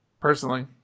personally